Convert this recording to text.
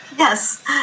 Yes